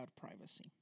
privacy